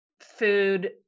food